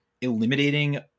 eliminating